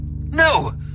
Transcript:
No